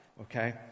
Okay